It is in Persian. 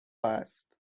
است